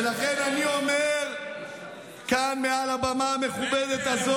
ולכן אני אומר כאן מעל לבמה המכובדת הזו,